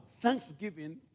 Thanksgiving